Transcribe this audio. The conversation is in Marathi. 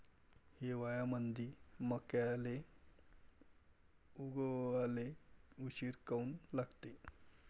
हिवाळ्यामंदी मक्याले उगवाले उशीर काऊन लागते?